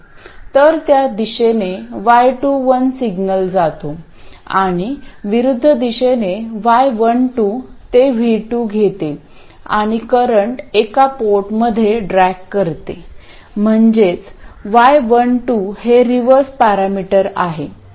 तर त्या दिशेने y21 सिग्नल जातो आणि विरुद्ध दिशेने y12 ते V2 घेते आणि करंट एका पोर्टमध्ये ड्रॅग करते म्हणजेच y12 हे रिव्हर्स पॅरामीटर आहे